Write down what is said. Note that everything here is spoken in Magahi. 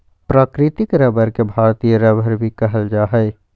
प्राकृतिक रबर के भारतीय रबर भी कहल जा हइ